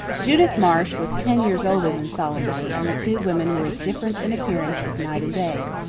judith marsh was ten years older than salome, and the two women were as different in appearance as night and day.